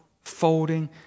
folding